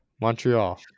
Montreal